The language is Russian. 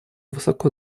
высоко